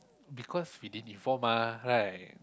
because he didn't inform mah right